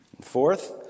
Fourth